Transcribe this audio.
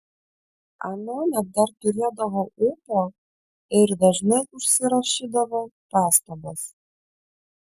anuomet dar turėdavau ūpo ir dažnai užsirašydavau pastabas